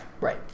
Right